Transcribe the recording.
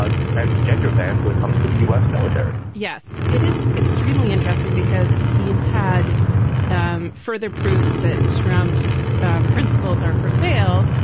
ah the transgender bandwith comes to the us military yes, it is extremely interesting because had and further proof that trump's principles are for sale.